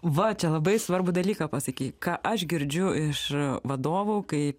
va čia labai svarbų dalyką pasakei ką aš girdžiu iš vadovų kai